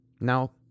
Now